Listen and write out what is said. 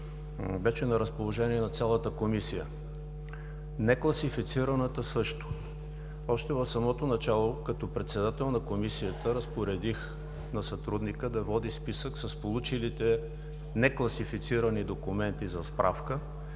е на разположение на цялата Комисия. Некласифицираната – също. Още в самото начало, като председател на Комисията, разпоредих на сътрудника да води списък с получилите некласифицирани документи за справка,